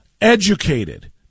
Educated